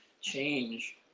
change